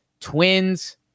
Twins